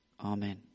Amen